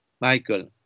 Michael